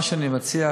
מה שאני מציע,